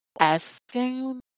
asking